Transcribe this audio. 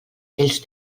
aquells